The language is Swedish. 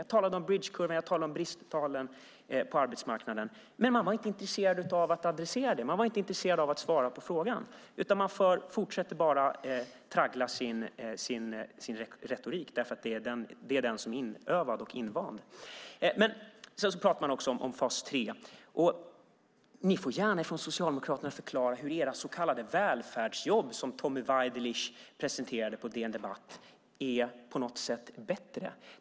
Jag talade om Beveridgekurvan och bristtalen på arbetsmarknaden, men man var inte intresserad av att adressera det. Man var inte intresserad av att svara på frågan, utan man fortsätter bara att traggla sin retorik därför att den är inövad och invand. Sedan pratar man också om fas 3. Ni socialdemokrater får gärna förklara hur era så kallade välfärdsjobb, som Tommy Waidelich presenterade på DN Debatt, är bättre på något sätt.